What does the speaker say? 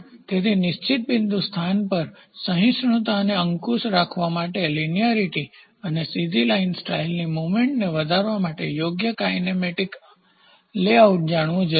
તેથી નિશ્ચિત બિંદુ સ્થાન પર સહિષ્ણુતાને અંકુશમાં રાખવા માટે લીનાયારીટીરેખીયતા અને સીધી લાઇન સ્ટાઇલની મુવમેન્ટચળવળને વધારવા માટે યોગ્ય કાઇનેમેટિક લેઆઉટને જાણવું જરૂરી છે